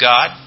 God